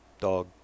dog